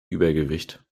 übergewicht